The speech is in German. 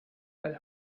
weil